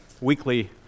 weekly